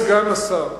סגן השר,